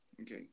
Okay